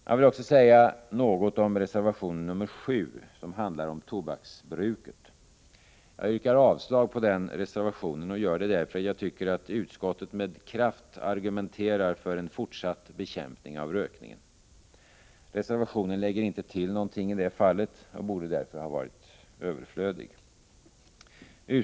Jag vill också säga något om reservation 7, som handlar om tobaksbruket. Jag yrkar avslag på den reservationen, och jag gör det därför att jag tycker att utskottet med kraft argumenterar för en fortsatt bekämpning av rökningen. Reservationen lägger inte till någonting i det fallet och borde därför ha varit överflödig.